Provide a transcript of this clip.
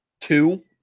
two